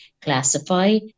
classify